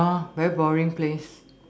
oh very boring place